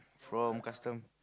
from custom